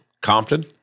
Compton